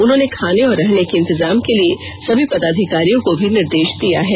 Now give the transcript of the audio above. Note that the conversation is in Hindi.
उन्होंने खाने और रहने के इंतजाम के लिए सभी पदाधिकारियों को भी निर्देश दिया है